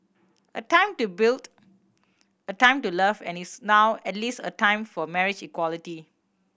a time to build a time to love and is now at last a time for marriage equality